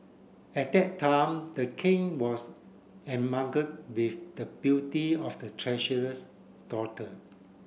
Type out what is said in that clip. at that time the king was with the beauty of the treasurer's daughter